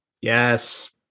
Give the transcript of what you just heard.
Yes